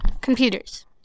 Computers